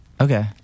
okay